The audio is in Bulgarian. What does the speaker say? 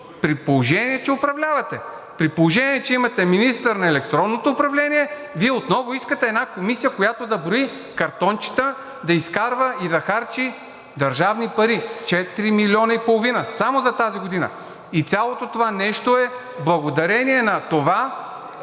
при положение че управлявате. При положение че имате министър на електронното управление, Вие отново искате една комисия, която да брои картончета, да изкарва и да харчи държавни пари – 4 милиона и половина само за тази година. И цялото това нещо е благодарение на това, че си разигравате